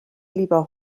lieber